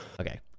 Okay